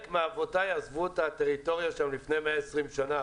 -- חלק מאבותיי עזבו את הטריטוריה שם לפני 120 שנה,